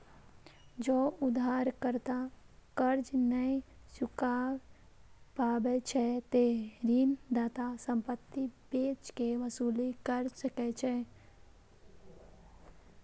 जौं उधारकर्ता कर्ज नै चुकाय पाबै छै, ते ऋणदाता संपत्ति बेच कें वसूली कैर सकै छै